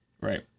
right